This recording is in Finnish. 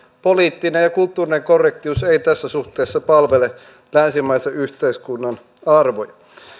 poliittinen ja kulttuurinen korrektius ei tässä suhteessa palvele länsimaisen yhteiskunnan arvoja